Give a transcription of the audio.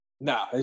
No